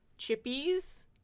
Chippies